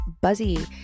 Buzzy